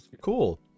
Cool